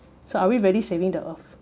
so are we really saving the earth